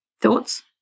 Thoughts